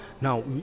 now